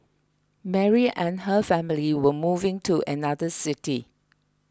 Mary and her family were moving to another city